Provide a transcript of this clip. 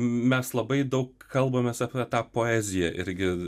mes labai daug kalbamės apie tą poeziją irgi